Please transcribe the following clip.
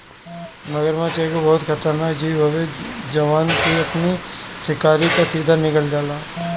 मगरमच्छ एगो बहुते खतरनाक जीव हवे जवन की अपनी शिकार के सीधा निगल जाला